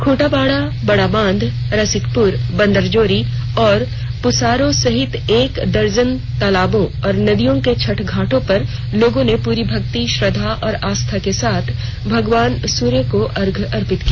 खूंटाबांध बड़ा बांध रसिकपुर बंदरजोरी और पुसारो सहित एक दर्जन तालाबों और नदियों के छठ घाटों पर लोगों ने पूरी भर्क्ति श्रद्वा और आस्था के साथ भगवान सूर्य देव अर्घ्य अर्पित किया